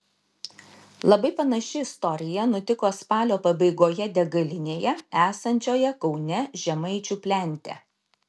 labai panaši istorija nutiko spalio pabaigoje degalinėje esančioje kaune žemaičių plente